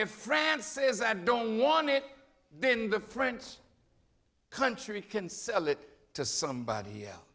in france says i don't want it then the french country can sell it to somebody else